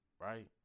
right